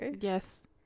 Yes